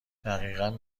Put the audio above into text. دقیقا